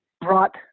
brought